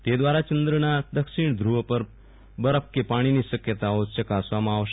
તે દ્રા રા ચંદ્રના દક્ષિણ ધ્રુવ પર બરફ કે પાણીની શક્યતાઓ યકાસવામાં આવશે